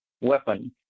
weapon